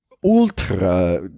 ultra